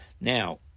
Now